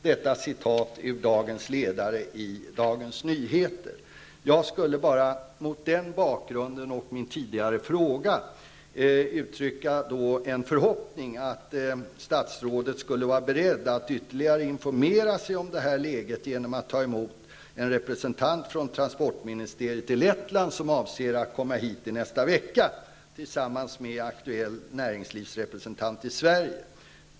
Med anledning härav och med anledning av min tidigare framställda fråga vill jag ge uttryck för förhoppningen att statsrådet är beredd att ytterligare informera sig om läget genom att ta emot en representant från transportministeriet i Lettland, vilken avser att komma hit nästa vecka tillsammans med den aktuelle näringslivsrepresentanten i Sverige.